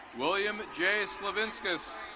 william j slovinskus.